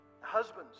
Husbands